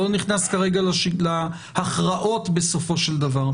אני לא נכנס כרגע להכרעות בסופו של דבר,